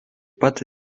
pat